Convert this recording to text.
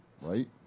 right